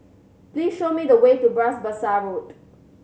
please show me the way to Bras Basah Road